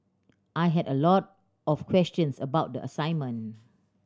I had a lot of questions about the assignment